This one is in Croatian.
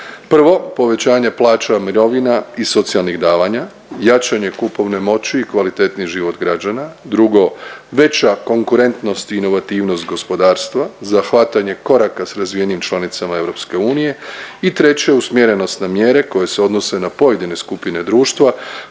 Prvo povećanje plaća, mirovina i socijalnih davanja. Jačanje kupovne moći i kvalitetniji život građana. Drugo veća konkurentnost, inovativnost gospodarstva za hvatanje koraka sa razvijenim članicama EU. I treće usmjerenost na mjere koje se odnose na pojedine skupine društva